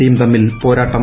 സിയും തമ്മിൽ പോരാട്ടം